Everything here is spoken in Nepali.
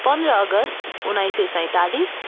पन्ध्र अगस्त उन्नाइस सय सैँतालिस